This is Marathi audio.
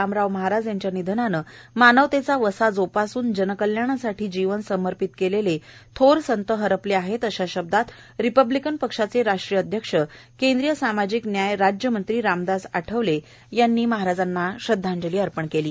रामराव महाराज यांच्या निधनानं मानवतेचा वसा जोपासून जनकल्याणासाठी जीवन समर्पित केलेले थोर संत हरपले आहेत आशा शब्दांत रिपब्लिकन पक्षाचे राष्ट्रीय अध्यक्ष केंद्रीय सामाजिक न्याय राज्यमंत्री रामदास आठवले यांनी श्रद्धांजली अर्पण केली आहे